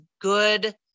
good